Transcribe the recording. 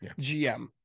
gm